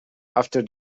after